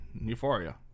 euphoria